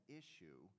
issue